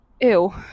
ew